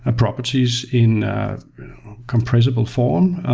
ah properties in compressible form.